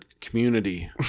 community